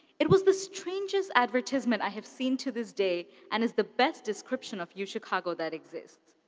it was the strangest advertisement i have seen to this day, and is the best description of uchicago that exists.